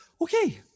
okay